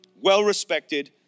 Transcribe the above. well-respected